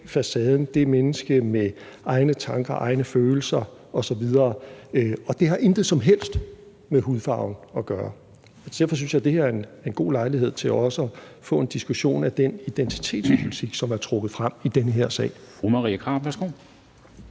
facaden – det menneske, der har egne tanker, egne følelser osv. – og det har intet som helst med hudfarve at gøre. Derfor synes jeg, at det her er en god lejlighed til også at få en diskussion af den identitetspolitik, som er trukket frem i den her sag.